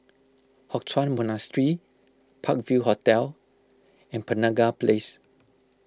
Hock Chuan Monastery Park View Hotel and Penaga Place